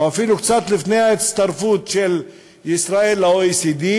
או אפילו קצת לפני ההצטרפות של ישראל ל-OECD,